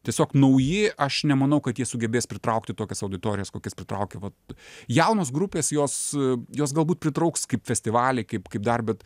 tiesiog nauji aš nemanau kad jie sugebės pritraukti tokias auditorijas kokias pritraukia vat jaunos grupės jos jos galbūt pritrauks kaip festivalį kaip kaip dar bet